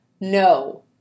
no